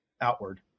outward